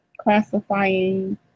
classifying